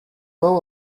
bow